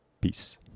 Peace